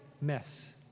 mess